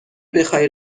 بخای